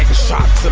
shop